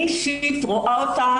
אני אישית רואה אותה,